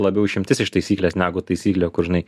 labiau išimtis iš taisyklės negu taisyklė kur žinai